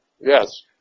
yes